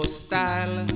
style